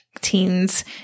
teens